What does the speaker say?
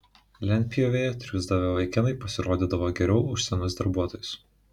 lentpjūvėje triūsdavę vaikinai pasirodydavo geriau už senus darbuotojus